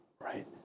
Right